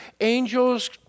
angels